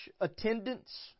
attendance